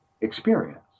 experience